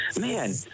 man